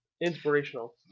Inspirational